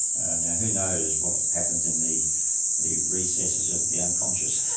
and now, who knows what happens in the the recesses of the unconscious,